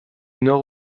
nord